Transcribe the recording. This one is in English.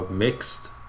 mixed